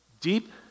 deep